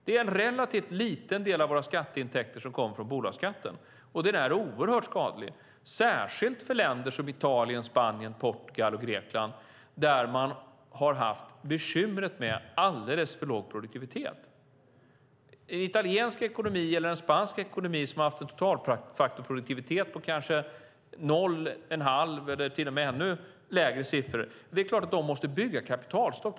Det är en relativt liten del av våra skatteintäkter som kommer från bolagsskatten, och den är oerhört skadlig, särskilt för länder som Italien, Spanien, Portugal och Grekland som har haft bekymret med en alldeles för låg produktivitet. Det är klart att en italiensk eller en spansk ekonomi som har haft en totalfaktorproduktivitet på kanske noll, en halv eller till och med ännu lägre siffror måste bygga upp en kapitalstock.